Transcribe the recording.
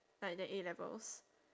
like than A-levels